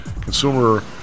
consumer